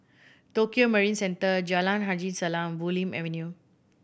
Tokio Marine Centre Jalan Haji Salam Bulim Avenue